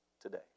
today